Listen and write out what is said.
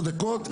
דקות.